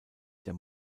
der